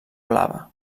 blava